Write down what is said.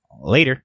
later